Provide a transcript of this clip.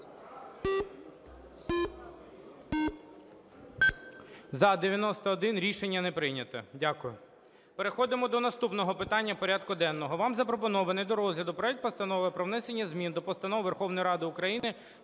За-91 Рішення не прийнято. Дякую. Переходимо до наступного питання порядку денного. Вам запропонований до розгляду проект Постанови про внесення змін до Постанови Верховної Ради України